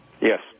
Yes